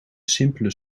simpele